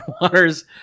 Waters